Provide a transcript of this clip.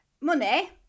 money